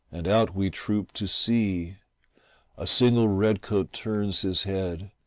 and out we troop to see a single redcoat turns his head,